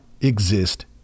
exist